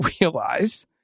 realize